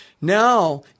Now